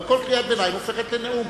אבל כל קריאת ביניים הופכת לנאום,